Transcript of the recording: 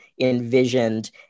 envisioned